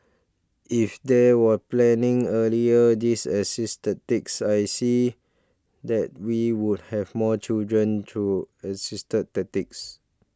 if they were planning earlier this assisted techs I see that we would have more children through assisted tactics